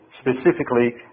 specifically